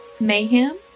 mayhem